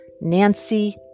Nancy